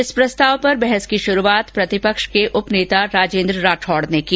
इस प्रस्ताव पर बहस की शुरुआत प्रतिपक्ष के उपनेता राजेंद्र राठौड़ ने की